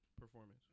performance